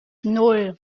nan